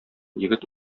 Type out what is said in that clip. егет